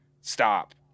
stop